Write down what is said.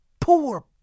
poor